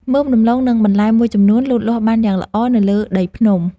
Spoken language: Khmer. មើមដំឡូង និងបន្លែមួយចំនួនលូតលាស់បានយ៉ាងល្អនៅលើដីភ្នំ។